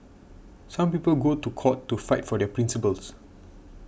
some people go to court to fight for their principles